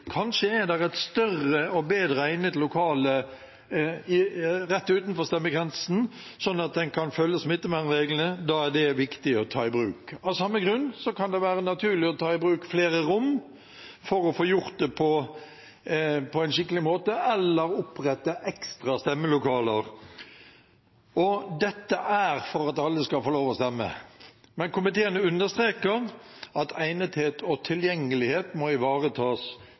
Kanskje er det et større og bedre egnet lokale rett utenfor stemmekretsen, slik at man kan følge smittevernreglene. Da er det viktig å ta det i bruk. Av samme grunn kan det være naturlig å ta i bruk flere rom for å få gjort det på en skikkelig måte, eller opprette ekstra stemmelokaler. Dette er for at alle skal få lov til å stemme, men komiteen understreker at egnethet og tilgjengelighet må ivaretas